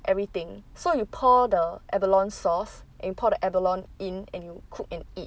everything so you pour the abalone sauce and pour the abalone in and you cook and eat